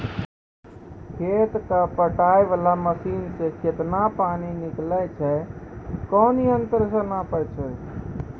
खेत कऽ पटाय वाला मसीन से केतना पानी निकलैय छै कोन यंत्र से नपाय छै